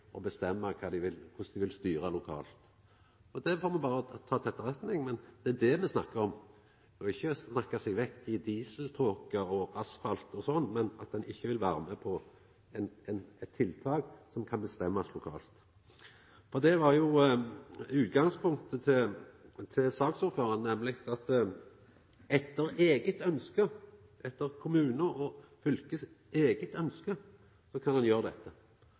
korleis dei vil styra lokalt. Det får me berre ta til etterretning. Men det er det me snakkar om. Ein må ikkje snakka seg vekk i dieseltåke og asfalt osv. når ein ikkje vil vera med på eit tiltak som kan bestemmast lokalt. Det var utgangspunktet til saksordføraren, nemleg at etter eige ønske – etter kommunar og fylkes eige ønske – kan ein gjera dette.